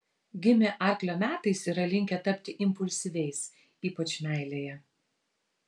gimę arklio metais yra linkę tapti impulsyviais ypač meilėje